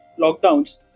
lockdowns